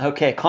Okay